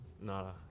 nah